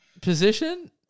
Position